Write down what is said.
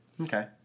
Okay